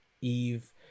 Eve